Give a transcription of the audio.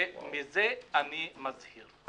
ומזה אני מזהיר.